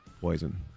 Poison